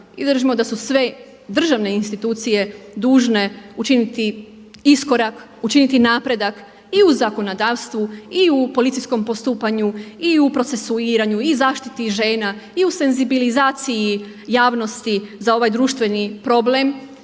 i držimo da su sve državne institucije dužne učiniti iskorak, učiniti napredak i u zakonodavstvu i u policijskom postupanju i u procesuiranju i zaštiti žena i u senzibilizaciji javnosti za ovaj društveni problem